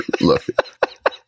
look